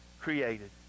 created